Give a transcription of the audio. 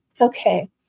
Okay